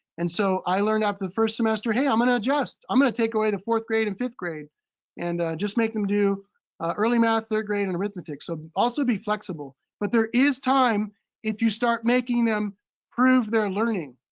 and so i learned after the first semester, hey, i'm gonna adjust. i'm gonna take away the forth grade and fifth grade and just make them do early math, third grade, and arithmetic. so also be flexible. but there is time if you start making them prove their learning,